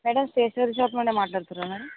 madam stationery shop నుంచి మాట్లాడుతున్నారా